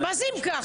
מה זה "אם כך"?